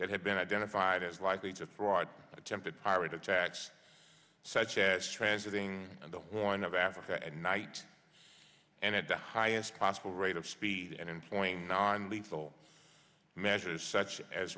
that have been identified as likely to fraud attempted pirate attacks such as transiting the one of africa and night and at the highest possible rate of speed and employing non lethal measures such as